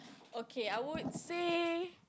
okay I would say